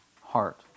heart